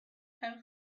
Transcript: home